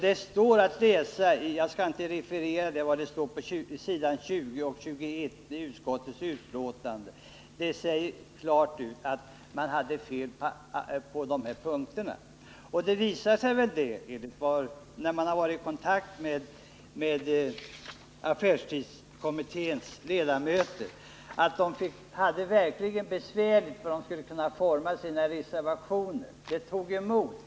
På s. 20-21 i utskottsbetänkandet sägs klart att vi hade fel på alla punkter. Vid kontakter som jag har haft med affärstidskommitténs ledamöter hade framkommit att socialdemokraterna verkligen hade det bes utformningen av sin reservation — det tog emot.